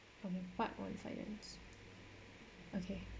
from the part one finance okay